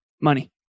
money